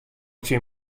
tsjin